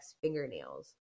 fingernails